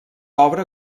obra